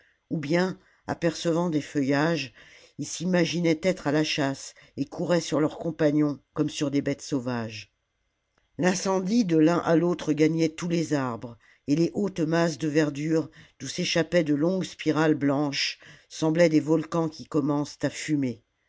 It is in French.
ou bien apercevant des feuillages ils s'imaginaient être à la chasse et couraient sur leurs compagnons comme sur des bêtes sauvages l'incendie de l'un à l'autre gagnait tous les arbres et les hautes masses de verdure d'où s'échappaient de longues spirales blanches semblaient des volcans qui commencent à fumer